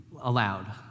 allowed